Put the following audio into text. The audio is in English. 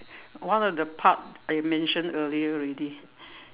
one of the part they mentioned earlier already